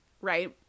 right